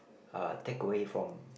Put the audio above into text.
uh takeaway from